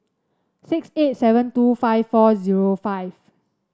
six eight seven two five four zero five